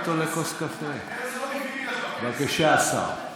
איזה, יש בכנסת.